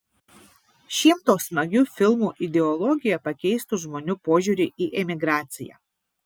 šimto smagių filmų ideologija pakeistų žmonių požiūrį į emigraciją